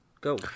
go